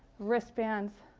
wrist bands.